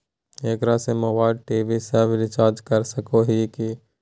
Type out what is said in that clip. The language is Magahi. एकरा से मोबाइल टी.वी सब रिचार्ज कर सको हियै की?